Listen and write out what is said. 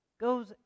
goes